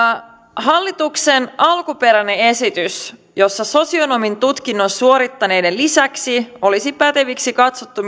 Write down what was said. hallituksen alkuperäinen esitys jossa sosionomin tutkinnon suorittaneiden lisäksi olisi päteviksi katsottu